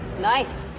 Nice